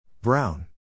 Brown